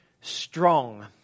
strong